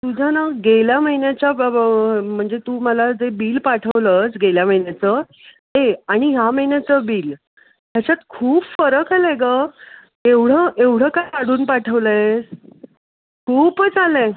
तुझं ना गेल्या महिन्याच्या ब ब म्हणजे तू मला जे बिल पाठवलंस गेल्या महिन्याचं ते आणि ह्या महिन्याचं बिल ह्याच्यात खूप फरक आला आहे गं एवढं काय वाढवून पाठवलं आहेस खूपच आलं आहे